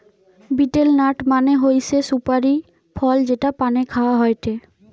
betel nut মানে হৈসে সুপারি ফল যেটা পানে খাওয়া হয়টে